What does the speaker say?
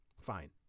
Fine